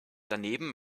daneben